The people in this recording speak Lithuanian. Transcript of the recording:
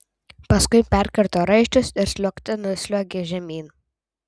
paskui perkirto raiščius ir sliuogte nusliuogė žemyn